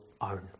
own